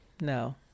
no